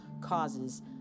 causes